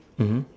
mmhmm